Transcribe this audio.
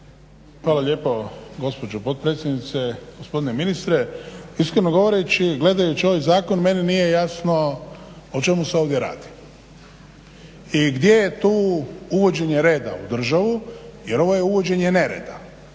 Hvala lijepo gospođo potpredsjednice. Gospodine ministre, iskreno govoreći i gledajući ovaj Zakon meni nije jasno o čemu se ovdje radi i gdje je tu uvođenje reda u državu jer ovo je uvođenje nereda.